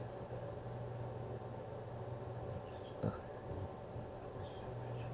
ya